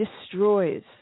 destroys